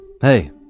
Hey